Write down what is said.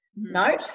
note